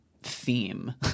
theme